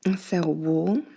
and cell wall,